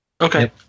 Okay